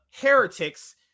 Heretics